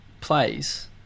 plays